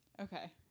Okay